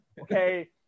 Okay